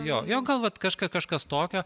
jo jau gal vat kažką kažkas tokio